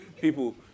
people